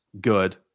Good